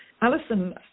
Alison